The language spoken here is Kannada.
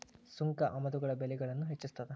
ಸುಂಕ ಆಮದುಗಳ ಬೆಲೆಗಳನ್ನ ಹೆಚ್ಚಿಸ್ತದ